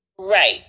right